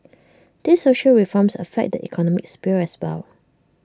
these social reforms affect the economic sphere as well